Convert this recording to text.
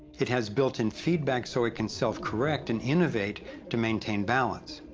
it has built in feedback, so it can self-correct and innovate to maintain balance.